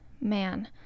man